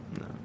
No